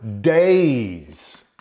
days